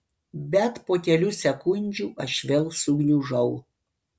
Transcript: bet po kelių sekundžių aš vėl sugniužau